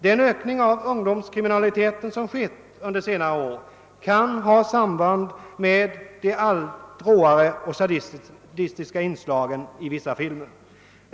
Den ökning av ungdomskriminaliteten som skett under senare år kan ha samband med de allt råare och sadistiska inslagen i vissa filmer.